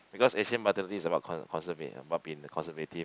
because Asian mentality is about being conserving about in conservative